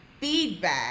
feedback